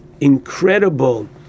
incredible